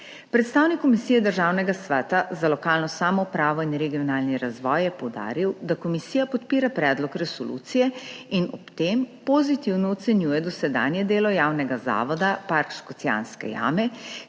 Predstavnik Komisije Državnega sveta za lokalno samoupravo in regionalni razvoj je poudaril, da komisija podpira predlog resolucije in ob tem pozitivno ocenjuje dosedanje delo Javnega zavoda Park Škocjanske jame,